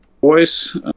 voice